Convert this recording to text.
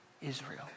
Israel